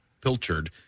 Pilchard